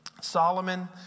Solomon